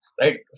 right